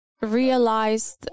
realized